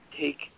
take